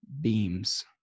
beams